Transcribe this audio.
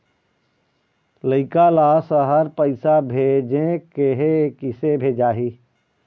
लइका ला शहर पैसा भेजें के हे, किसे भेजाही